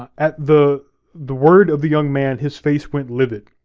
at the the word of the young man, his face went livid.